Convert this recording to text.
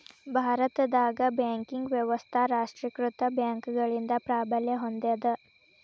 ಭಾರತದಾಗ ಬ್ಯಾಂಕಿಂಗ್ ವ್ಯವಸ್ಥಾ ರಾಷ್ಟ್ರೇಕೃತ ಬ್ಯಾಂಕ್ಗಳಿಂದ ಪ್ರಾಬಲ್ಯ ಹೊಂದೇದ